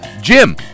Jim